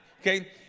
okay